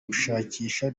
gushakisha